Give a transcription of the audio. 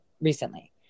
recently